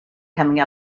coming